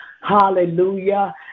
Hallelujah